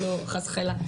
חס וחלילה,